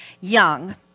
young